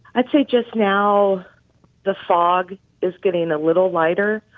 i'd say just now the fog is getting a little lighter.